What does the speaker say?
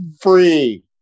free